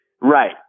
Right